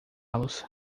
los